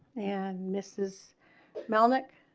miss this melnick